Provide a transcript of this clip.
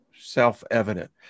self-evident